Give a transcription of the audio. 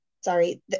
sorry